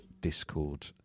Discord